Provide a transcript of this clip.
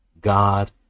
God